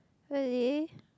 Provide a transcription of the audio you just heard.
really